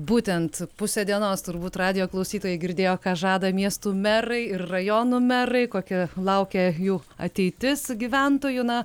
būtent pusę dienos turbūt radijo klausytojai girdėjo ką žada miestų merai ir rajonų merai kokia laukia jų ateitis gyventojų na